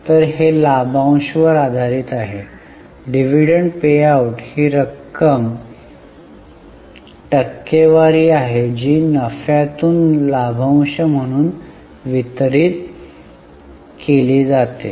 तर हे लाभांश वर आधारित आहे डिव्हिडंड पेआऊट ही रक्कम टक्केवारी आहे जी नफ्यातून लाभांश म्हणून वितरित केली जाते